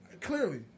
Clearly